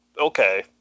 okay